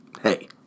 Hey